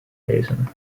lezen